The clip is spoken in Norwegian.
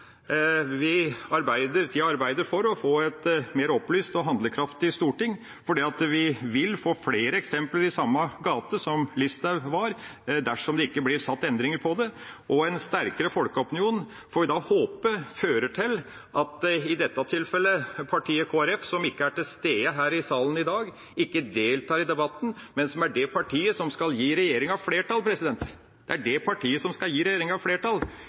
Vi arbeider for å få et mer opplyst og handlekraftig storting, for vi vil få flere eksempler i samme gate som Listhaug-saken dersom det ikke blir gjort endringer i dette. Og en sterkere folkeopinion får vi håpe fører til at, i dette tilfellet, partiet Kristelig Folkeparti – som ikke er til stede her i salen i dag, som ikke deltar i debatten, men som er det partiet som skal gi regjeringa flertall – kanskje blir litt mer lydhøre overfor folkelige strømninger når det gjelder dette. Det er betegnende at regjeringa